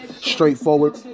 Straightforward